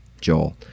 Joel